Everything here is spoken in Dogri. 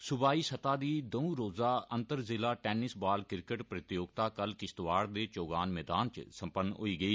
स्बाई सतह दी दंऊ रोजा अंतर जिला टैनिस बाल क्रिकेट प्रतियोगिता कल किश्तवाड़ दे चोगान मैदान च सम्पन्न होई गेई